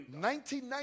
1990